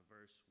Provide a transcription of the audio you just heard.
verse